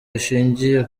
rishingiye